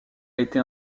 été